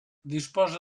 disposa